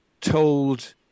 told